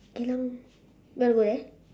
geylang you want to go there